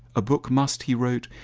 a book must, he wrote,